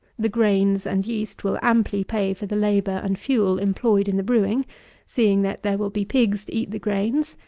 the grains and yeast will amply pay for the labour and fuel employed in the brewing seeing that there will be pigs to eat the grains,